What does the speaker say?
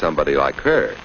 somebody like her